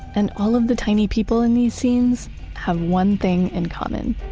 and all of the tiny people in these scenes have one thing in common